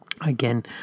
again